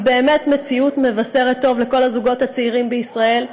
היא באמת מציאות מבשרת טוב לכל הזוגות הצעירים בישראל,